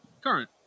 Current